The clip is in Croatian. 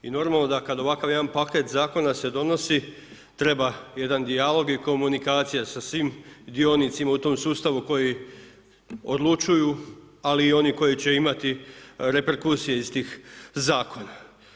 I normalno da kad ovakav jedan paket zakona se donosi, treba jedan dijalog i komunikacija sa svim dionicama u tom sustavu koji odlučuju ali i oni koji će imati reperkusije iz tih zakona.